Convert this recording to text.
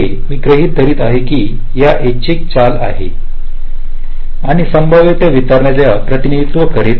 मी गृहित धरत आहे हे एक यादृच्छिक चल आहे आणि संभाव्यतेच्या वितरणाद्वारे त्यांचे प्रतिनिधित्व करीत आहे